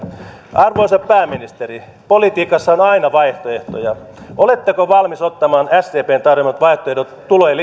arvoisa pääministeri politiikassa on on aina vaihtoehtoja oletteko valmis ottamaan sdpn tarjoamat vaihtoehdot tulojen